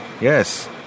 Yes